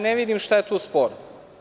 Ne vidim šta je sporno.